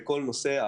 בכל נושאי